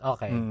Okay